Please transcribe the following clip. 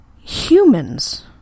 humans